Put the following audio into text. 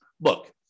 look